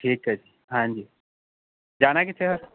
ਠੀਕ ਐ ਜੀ ਹਾਂਜੀ ਜਾਣਾ ਕਿੱਥੇ ਸਰ